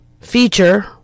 feature